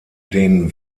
den